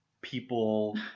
people—